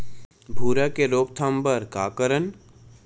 भूरा के रोकथाम बर का करन?